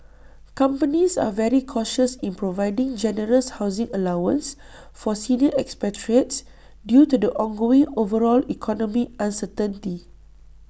companies are very cautious in providing generous housing allowances for senior expatriates due to the ongoing overall economic uncertainty